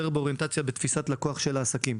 באוריינטציה שלנו אנחנו יותר בתפיסת לקוח של העסקים,